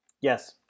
Yes